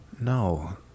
No